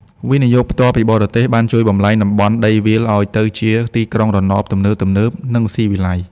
វិនិយោគផ្ទាល់ពីបរទេស បានជួយបំប្លែងតំបន់ដីវាលឱ្យទៅជា "ទីក្រុងរណប" ទំនើបៗ និងស៊ីវិល័យ។